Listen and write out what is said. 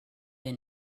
and